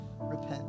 repent